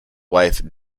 wife